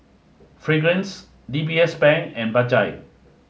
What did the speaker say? fragrance D B S Bank and Bajaj